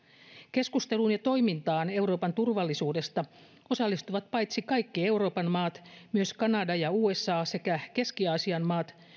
keskusteluun ja toimintaan euroopan turvallisuudesta osallistuvat paitsi kaikki euroopan maat myös kanada ja usa sekä keski aasian maat